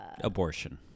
abortion